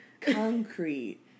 concrete